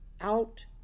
out